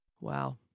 Wow